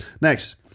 Next